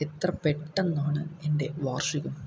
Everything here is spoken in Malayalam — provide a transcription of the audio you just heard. എത്ര പെട്ടെന്നാണ് എന്റെ വാർഷികം